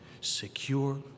secure